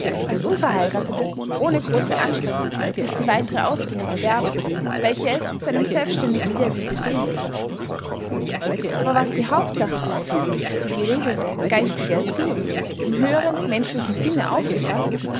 als unverheirathete ohne große anstrengung sich die weitere ausbildung erwerben welche es zu einem selbstständigen wirken befähigt aber was die hauptsache bleibt die geregelte geistige erziehung im höheren menschlichen sinne aufgefaßt